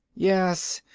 yes,